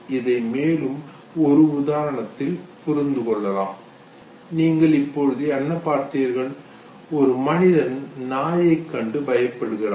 இதை மேலும் ஒரு உதாரணத்தால் புரிந்து கொள்ளலாம் நீங்கள் இப்பொழுது என்ன பார்த்தீர்கள் ஒரு மனிதன் நாயைக் கண்டு பயப்படுகிறார்